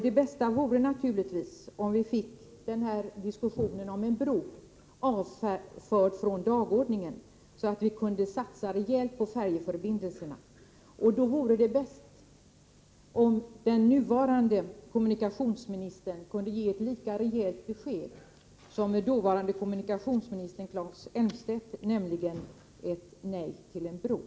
Det bästa vore naturligtvis om vi fick diskussionen om en bro avförd från dagordningen, så att vi kunde satsa ordentligt på färjeförbindelserna. Det vore utomordentligt bra om den nuvarande kommunikationsministern kunde ge ett lika rejält besked som vår förre kommunikationsminister Claes Elmstedt, nämligen säga nej till en bro.